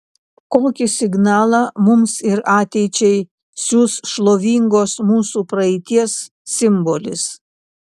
kokį signalą mums ir ateičiai siųs šlovingos mūsų praeities simbolis